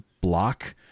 block